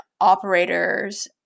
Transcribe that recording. operators